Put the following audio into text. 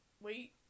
wait